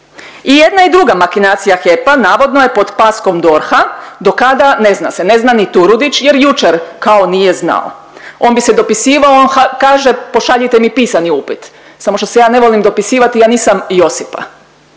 I jedna i druga makinacija HEP-a navodno je pod paskom DORH-a, do kada ne zna se, ne zna ni Turudić jer jučer kao nije znao, on bi se dopisivao, kaže pošaljite mi pisani upit. Samo što se ja ne volim dopisivati, ja nisam Josipa.